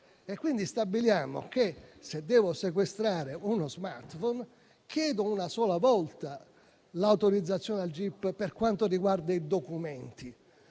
Pertanto stabiliamo che, se devo sequestrare uno *smartphone,* chiedo una sola volta l'autorizzazione al gip per quanto riguarda i documenti